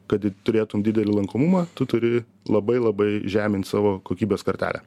kad turėtum didelį lankomumą tu turi labai labai žemint savo kokybės kartelę